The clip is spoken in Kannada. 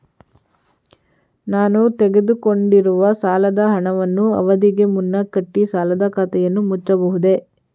ನಾನು ತೆಗೆದುಕೊಂಡಿರುವ ಸಾಲದ ಹಣವನ್ನು ಅವಧಿಗೆ ಮುನ್ನ ಕಟ್ಟಿ ಸಾಲದ ಖಾತೆಯನ್ನು ಮುಚ್ಚಬಹುದೇ?